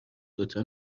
دوتا